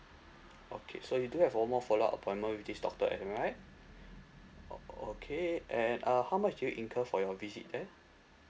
okay so you do have follow up appointment with this doctor am I right oh okay and uh how much do you incurred for your visit there